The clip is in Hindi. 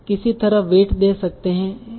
किसी तरह वेट दे सकते हैं